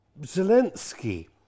Zelensky